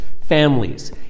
families